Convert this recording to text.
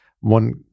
one